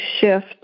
shift